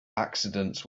accidents